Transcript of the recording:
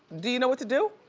do you know what to do?